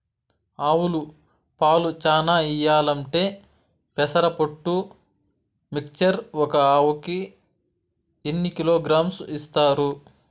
ఆవులు పాలు చానా ఇయ్యాలంటే పెసర పొట్టు మిక్చర్ ఒక ఆవుకు ఎన్ని కిలోగ్రామ్స్ ఇస్తారు?